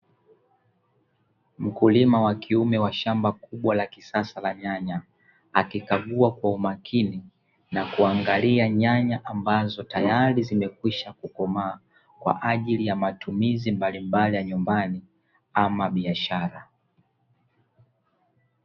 Mkulima wa kiume wa shamba kubwa la kisasa la nyanya, akikagua kwa umakini na kuangalia nyanya ambazo tayari zimekwisha kukomaa, kwa ajili ya matumizi mbalimbali ya nyumbani ama biashara.